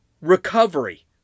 recovery